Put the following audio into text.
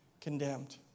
condemned